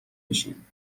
بشین